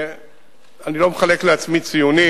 אני לא מחלק לעצמי ציונים,